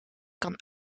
kan